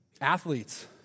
Athletes